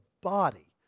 body